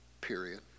period